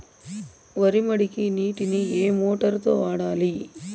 వరి మడికి నీటిని ఏ మోటారు తో వాడాలి?